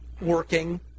working